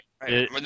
right